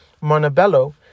Montebello